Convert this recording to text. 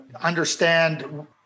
understand